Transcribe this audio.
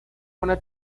una